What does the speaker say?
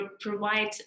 provide